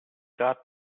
got